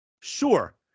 Sure